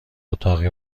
اتاقی